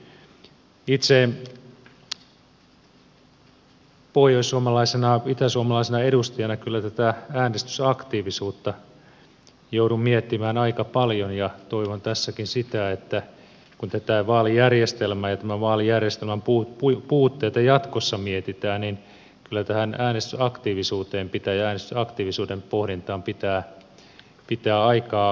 itse pohjoissuomalaisena itäsuomalaisena edustajana kyllä tätä äänestysaktiivisuutta joudun miettimään aika paljon ja toivon tässäkin sitä että kun tätä vaalijärjestelmää ja tämän vaalijärjestelmän puutteita jatkossa mietitään niin kyllä tähän äänestysaktiivisuuteen ja äänestysaktiivisuuden pohdintaan pitää aikaa käyttää